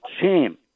shame